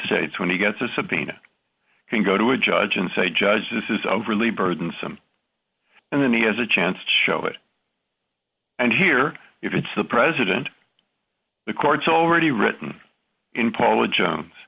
states when he gets a subpoena can go to a judge and say judge this is overly burdensome and then he has a chance to show it and hear if it's the president the court's already written in paula j